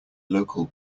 local